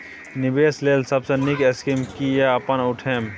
निवेश लेल सबसे नींक स्कीम की या अपन उठैम?